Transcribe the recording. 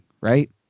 Right